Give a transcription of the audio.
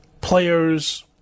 players